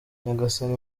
nyagasani